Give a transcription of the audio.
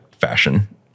fashion